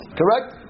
correct